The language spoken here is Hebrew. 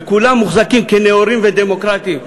וכולם מוחזקים כנאורים ודמוקרטים,